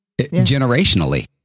generationally